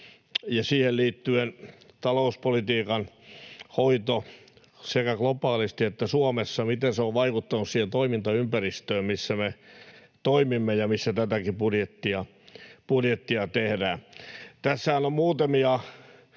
siihen liittyen talouspolitiikan hoito ovat sekä globaalisti että Suomessa vaikuttaneet siihen toimintaympäristöön, missä me toimimme ja missä tätäkin budjettia tehdään. Tässähän on muutamia